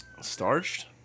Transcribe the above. Starched